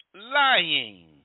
lying